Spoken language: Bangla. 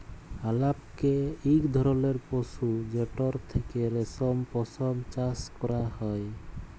আলাপকে ইক ধরলের পশু যেটর থ্যাকে রেশম, পশম চাষ ক্যরা হ্যয়